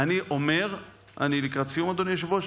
אני לקראת סיום, אדוני היושב-ראש.